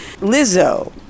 lizzo